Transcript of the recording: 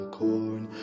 corn